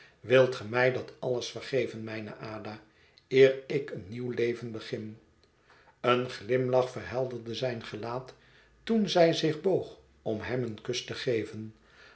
wilt ge mij dat alles vergeven mijne ada eer ik een nieuw leven begin een glimlach verhelderde zijn gelaat toen zij zich boog om hem een kus te geven